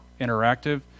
interactive